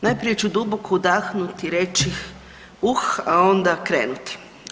Najprije ću duboko udahnuti i reći uh, a ona krenuti.